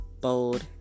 Bold